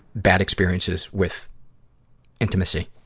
bad experiences with intimacy.